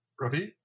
Ravi